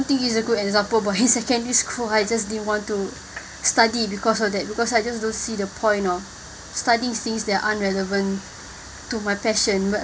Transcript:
think is a good example about in secondary school I just didn't want to study because of that because I just don't see the point of studying things that aren't relevant to my passion but